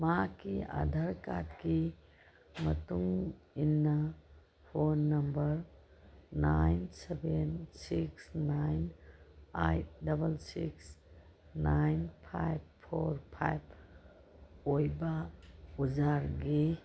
ꯃꯍꯥꯛꯀꯤ ꯑꯥꯙꯔ ꯀꯥꯔꯠꯀꯤ ꯃꯇꯨꯡ ꯏꯟꯅ phone number nine seven six nine eight double six nine five four five ꯑꯣꯏꯕ ꯑꯣꯖꯥꯒꯤ